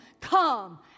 come